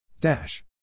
Dash